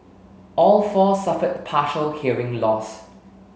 all four suffered partial hearing loss